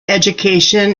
education